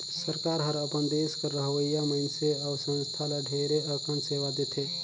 सरकार हर अपन देस कर रहोइया मइनसे अउ संस्था ल ढेरे अकन सेवा देथे